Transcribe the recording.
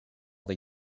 they